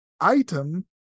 item